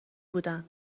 بودن